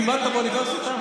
לימדתי באוניברסיטה שם.